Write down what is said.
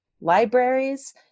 libraries